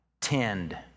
tend